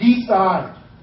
Decide